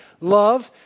love